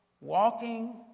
Walking